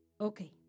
Okay